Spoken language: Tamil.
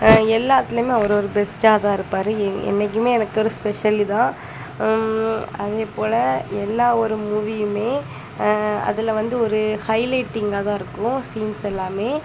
எல்லாத்திலைமே அவர் ஒரு பெஸ்ட்டாகதான் இருப்பார் எ என்றைக்குமே எனக்கு அவர் ஸ்பெஷலு தான் அதேபோல் எல்லா ஒரு மூவியுமே அதில் வந்து ஒரு ஹைலைட்டிங்காகதான் இருக்கும் சீன்ஸ் எல்லாமே